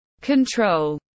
Control